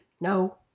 No